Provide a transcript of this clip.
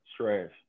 trash